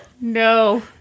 No